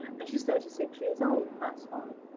and she's thirty six years old. that's fine.